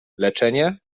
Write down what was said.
leczenie